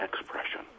expression